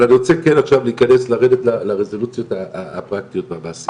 אבל אני רוצה כן עכשיו לרדת לרזולוציות הפרקטיות במעשי.